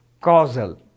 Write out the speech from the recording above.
Causal